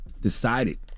decided